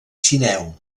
sineu